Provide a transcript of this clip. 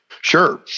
Sure